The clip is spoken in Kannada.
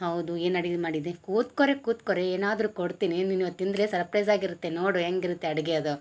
ಹೌದು ಏನು ಅಡಿಗೆ ಮಾಡಿದೆ ಕೂತ್ಕೊರೆ ಕೂತ್ಕೊರೆ ಏನಾದರು ಕೊಡ್ತೀನಿ ನೀನು ಇವತ್ತು ತಿಂದರೆ ಸರ್ಪ್ರೈಸಾಗಿ ಇರುತ್ತೆ ನೋಡು ಹೆಂಗಿರುತ್ತೆ ಅಡ್ಗೆ ಅದು